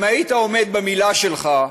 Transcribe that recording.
אם היית עומד במילה שלך,